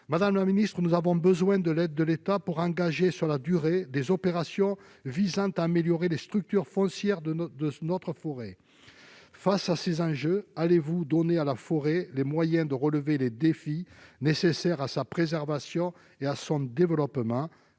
Madame la secrétaire d'État, nous avons besoin de l'aide de l'État pour engager sur la durée des opérations visant à améliorer les structures foncières de notre forêt. Face à ces enjeux, allez-vous donner à la forêt les moyens de relever les défis nécessaires à sa préservation et à son développement ?